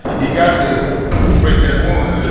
he got to press that one